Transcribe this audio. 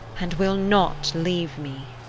and will not leave me.